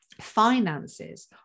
finances